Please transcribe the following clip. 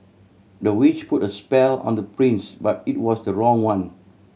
the witch put a spell on the prince but it was the wrong one